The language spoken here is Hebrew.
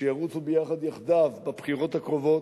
שירוצו ביחד, יחדיו, בבחירות הקרובות,